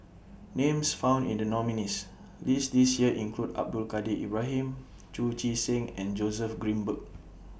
Names found in The nominees' list This Year include Abdul Kadir Ibrahim Chu Chee Seng and Joseph Grimberg